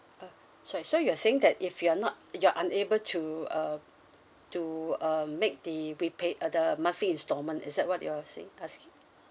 uh so so you're saying that if you're not you're unable to uh to um make the repay uh the monthly instalment is that what you're saying asking